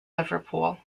liverpool